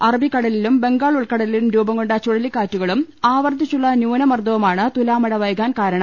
അറബിക്കടലിലും ബംഗാൾ ഉൾക്കടലിലും രൂപം കൊണ്ട ചുഴലിക്കാറ്റുകളും ആവർത്തിച്ചുള്ള ന്യൂനമർദ്ദവുമാണ് തുലാമഴ വൈകാൻ കാരണം